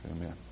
Amen